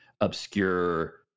obscure